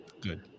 Good